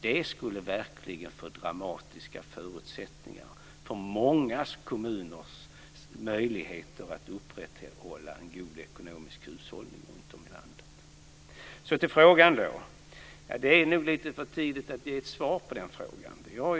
Det skulle verkligen få dramatiska effekter för många kommuners möjligheter att upprätthålla en god ekonomisk hushållning runtom i landet. Det är nog lite för tidigt att ge ett svar på Lennart Hedquists fråga.